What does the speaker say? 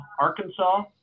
arkansas